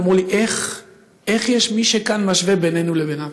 ואמרו לי: איך יש מי שכאן משווה בינינו לבינם?